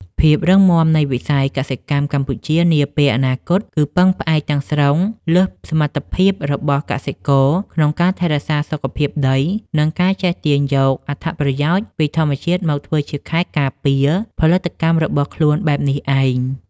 ភាពរឹងមាំនៃវិស័យកសិកម្មកម្ពុជានាពេលអនាគត គឺពឹងផ្អែកទាំងស្រុងលើសមត្ថភាពរបស់កសិករក្នុងការថែរក្សាសុខភាពដី និងការចេះទាញយកអត្ថប្រយោជន៍ពីធម្មជាតិមកធ្វើជាខែលការពារផលិតកម្មរបស់ខ្លួនបែបនេះឯង។